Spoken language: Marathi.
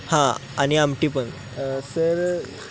हां आणि आमटी पण सर